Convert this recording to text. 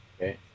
Okay